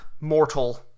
mortal